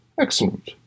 excellent